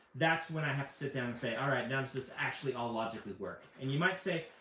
that's when i have to sit down and say, all right, now does this actually all logically work? and you might say,